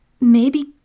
Maybe